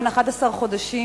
בן 11 חודשים,